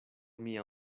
mia